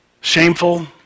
shameful